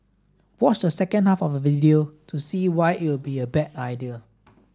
watch the second half of the video to see why it'll be a bad idea